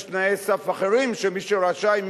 יש תנאי סף אחרים של מי שרשאי,